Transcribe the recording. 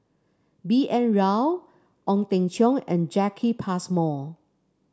B N Rao Ong Teng Cheong and Jacki Passmore